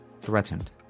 threatened